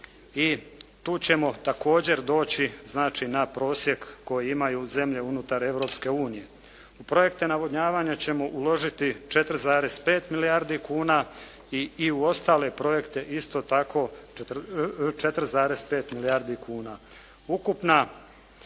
i tu ćemo također doći na prosjek koji imaju zemlje unutar Europske unije. U projekte navodnjavanja ćemo uložiti 4,5 milijardi kuna i u ostale projekte isto tako 4,5 milijardi kuna.